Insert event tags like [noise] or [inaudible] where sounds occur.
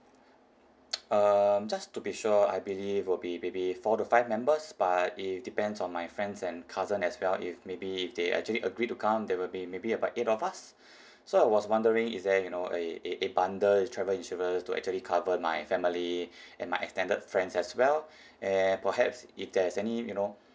[noise] um just to be sure I believe will be maybe four to five members but it depends on my friends and cousin as well if maybe if they actually agree to come there will be maybe about eight of us [breath] so I was wondering is there you know a a a bundle travel insurance to actually cover my family and my extended friends as well [breath] and perhaps if there's any you know